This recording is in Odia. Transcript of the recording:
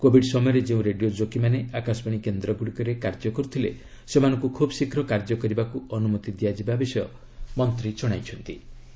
କୋବିଡ୍ ସମୟରେ ଯେଉଁ ରେଡିଓ ଜୋକି ମାନେ ଆକାଶବାଣୀ କେନ୍ଦ୍ର ଗୁଡ଼ିକରେ କାର୍ଯ୍ୟ କରୁଥିଲେ ସେମାନଙ୍କୁ ଖୁବ୍ ଶୀଘ୍ର କାର୍ଯ୍ୟ କରିବାକୁ ଅନୁମତି ଦିଆଯିବା ବିଷୟ ମନ୍ତ୍ରୀ ଜଣାଇଚ୍ଚନ୍ତି